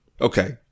Okay